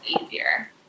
easier